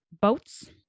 boats